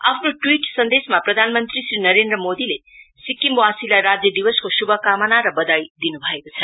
आफ्नो ट्वीट सन्देशमा प्रधान मन्त्री श्री नरेन्द्र मोदीले सिक्किमवासीलाई राज्य दिवसको श्भकामना र बधाई दिनु भएको छ